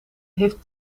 heeft